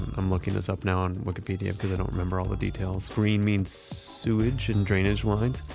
i'm looking this up now on wikipedia because i don't remember all the details. green means sewage and drainage lines.